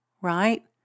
right